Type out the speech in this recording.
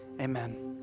amen